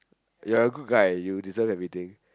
you're a good guy you deserve everything